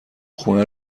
خونه